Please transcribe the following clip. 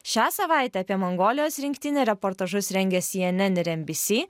šią savaitę apie mongolijos rinktinę reportažus rengia cnn ir nbc